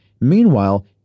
Meanwhile